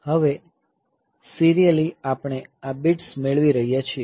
હવે સીરીયલી આપણે આ બિટ્સ મેળવી રહ્યા છીએ